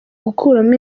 gukuramo